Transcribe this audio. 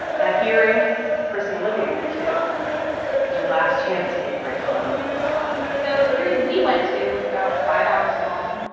that hearing that chris and olivia went to is your last chance to get your right to vote so the hearing we went to was about five hours long.